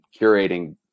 curating